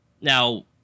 Now